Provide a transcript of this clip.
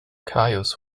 caius